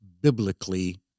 biblically